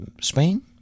Spain